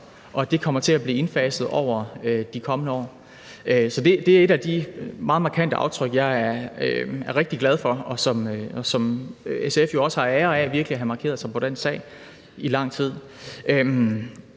og det kommer til at blive indfaset over de kommende år. Det er et af de meget markante aftryk, jeg er rigtig glad for, og det er en sag, som SF jo også har æren af virkelig at have markeret sig på i lang tid.